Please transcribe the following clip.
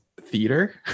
theater